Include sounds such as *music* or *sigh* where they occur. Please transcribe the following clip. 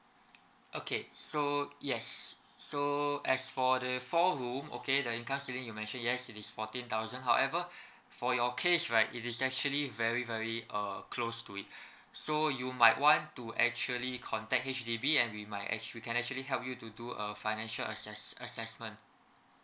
okay so yes so as for the four room okay the income ceiling you mention yes it is fourteen thousand however *breath* for your case right it is actually very very err close to it so you might want to actually contact H_D_B and we might actually can actually help you to do a financial assess assessment